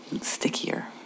stickier